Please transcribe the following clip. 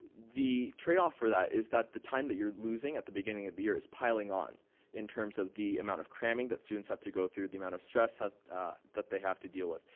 the trade-off for that is that the time that you're losing at the beginning of the year is piling on in terms of the amount of cramming that students have to go through, the amount of stress that they have to deal with,